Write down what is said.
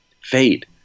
fate